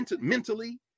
mentally